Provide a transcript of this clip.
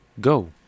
go